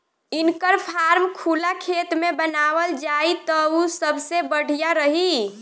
इनकर फार्म खुला खेत में बनावल जाई त उ सबसे बढ़िया रही